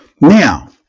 Now